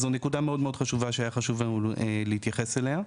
זוהי נקודה מאוד חשובה שהיה חשוב לנו להתייחס אליה.